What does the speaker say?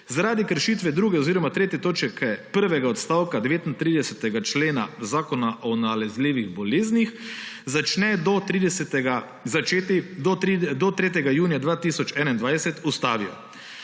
zaradi kršitve druge oziroma tretje točke prvega odstavka 39. člena Zakona o nalezljivih boleznih, začeti do 3. junija 2021, ustavijo.